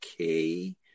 Okay